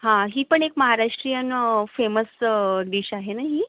ही पण एक Maharashtrian famous dish आहे ना ही